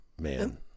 man